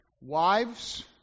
wives